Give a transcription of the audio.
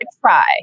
try